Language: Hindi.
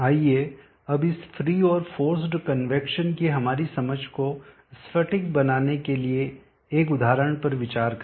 आइए अब इस फ्री और फोर्सड कन्वैक्शन की हमारी समझ को स्फटिक बनाने के लिए एक उदाहरण पर विचार करें